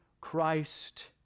Christ